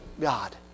God